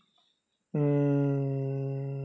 mm